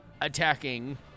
attacking